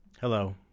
hello